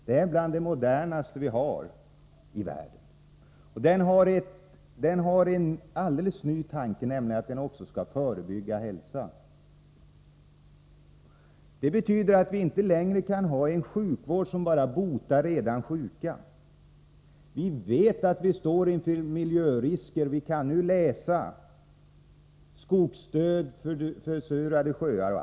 Den nya hälsooch sjukvårdslagen är en av de modernaste i världen. En alldeles ny tanke med den är att också hälsorisker skall förebyggas. Det betyder att vi inte längre kan ha en sjukvård som syftar till att enbart bota redan sjuka människor. Vi vet att vi står inför miljörisker. Vi kan läsa om skogsdöd, försurade sjöar etc.